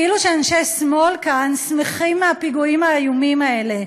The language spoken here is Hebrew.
כאילו שאנשי שמאל כאן שמחים מהפיגועים האיומים האלה,